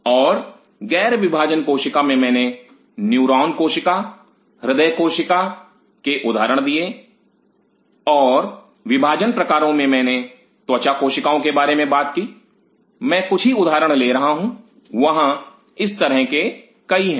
और ग़ैर विभाजन कोशिका में मैंने न्यूरॉन कोशिका हृदय कोशिका के उदाहरण दिए और विभाजन प्रकारों में मैंने त्वचा कोशिकाओं के बारे में बात की मैं कुछ ही उदाहरण ले रहा हूँ वहां इस तरह के कई है